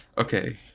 Okay